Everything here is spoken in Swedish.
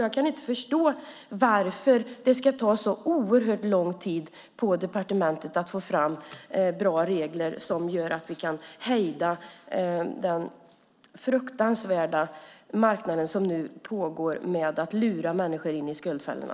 Jag kan inte förstå varför det ska ta så oerhört lång tid på departementet att få fram bra regler som gör att vi kan hejda den fruktansvärda marknad som nu lurar människor in i skuldfällorna.